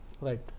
Right